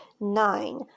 nine